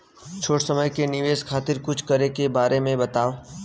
छोटी समय के निवेश खातिर कुछ करे के बारे मे बताव?